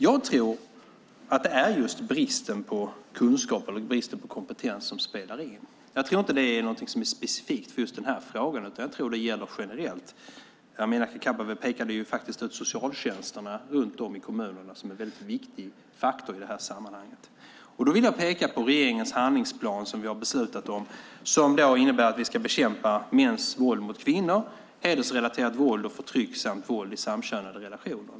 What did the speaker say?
Jag tror att det är just bristen på kunskap eller bristen på kompetens som spelar in. Jag tror inte att det är någonting specifikt för just den här frågan, utan det gäller nog generellt. Amineh Kakabaveh pekade faktiskt ut socialtjänsterna runt om i kommunerna som en viktig faktor i sammanhanget. Därför vill jag peka på regeringens handlingsplan som vi beslutat om och som innebär att vi ska bekämpa mäns våld mot kvinnor, hedersrelaterat våld och förtryck samt våld i samkönade relationer.